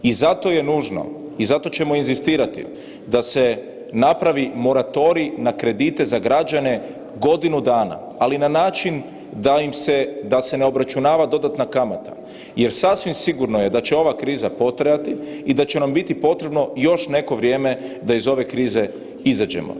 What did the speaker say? I zato je nužno i zato ćemo inzistirati da se napravi moratorij na kredite za građane godinu dana, ali na način da se ne obračunava dodatna kamata jer sasvim sigurno je da će ova kriza potrajati i da će nam biti potrebno još neko vrijeme da iz ove krize izađemo.